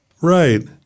Right